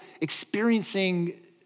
experiencing